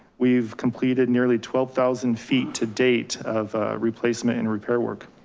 we've completed nearly twelve thousand feet to date of replacement and repair work.